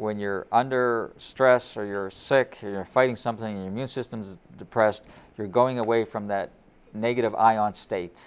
when you're under stress or you're sick or fighting something immune system's depressed you're going away from that negative ion state